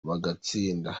bagatsinda